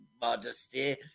modesty